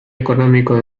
económico